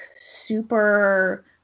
super